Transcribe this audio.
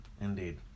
Indeed